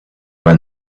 when